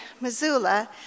Missoula